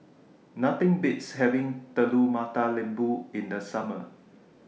Nothing Beats having Telur Mata Lembu in The Summer